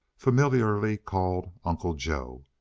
familiarly called uncle joe.